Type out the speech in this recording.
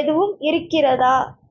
எதுவும் இருக்கிறதா